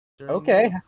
Okay